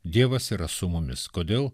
dievas yra su mumis kodėl